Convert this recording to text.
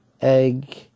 egg